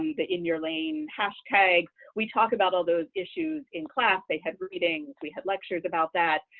the inyourlane hashtag. we talk about all those issues in class. they have readings. we had lectures about that,